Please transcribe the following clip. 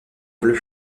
bleu